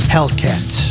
Hellcat